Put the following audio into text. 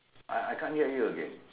I can't hear you again